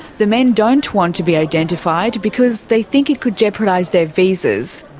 the men don't want to be identified because they think it could jeopardise their visas.